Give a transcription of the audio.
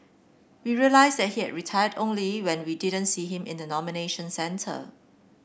we realised that he had retired only when we didn't see him in the nomination centre